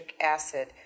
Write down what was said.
acid